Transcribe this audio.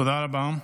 תודה רבה.